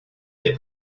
des